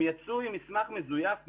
הם יצאו עם מסמך מזויף מראש.